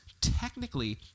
technically